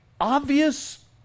obvious